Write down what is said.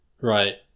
right